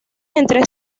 entre